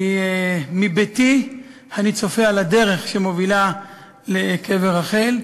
מביתי אני צופה על הדרך שמובילה לקבר רחל.